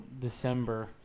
December